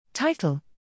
Title